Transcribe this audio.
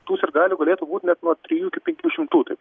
tų sirgalių galėtų būti net nuo trijų iki penkių šimtų taip